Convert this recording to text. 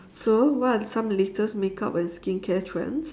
so what are some latest makeup and skincare trends